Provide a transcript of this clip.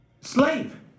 slave